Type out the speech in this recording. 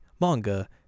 manga